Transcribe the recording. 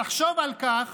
תחשוב על כך